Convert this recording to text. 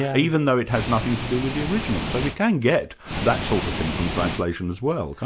yeah even though it has nothing to do with the original. so we can get that sort of thing from translation as well,